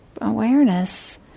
awareness